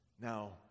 Now